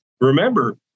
Remember